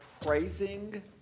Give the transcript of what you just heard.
praising